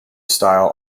style